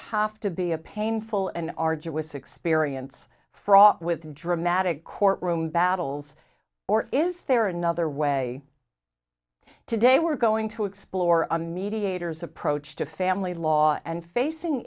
have to be a painful and arduous experience fraught with dramatic courtroom battles or is there another way today we're going to explore a mediator's approach to family law and facing